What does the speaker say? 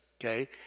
okay